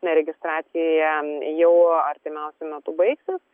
na registracija jau artimiausiu metu baigsis